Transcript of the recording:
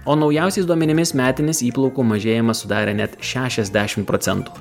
o naujausiais duomenimis metinis įplaukų mažėjimas sudarė net šešiasdešim procentų